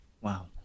Wow